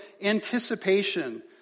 anticipation